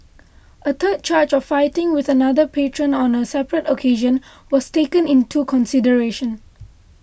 a third charge of fighting with another patron on a separate occasion was taken into consideration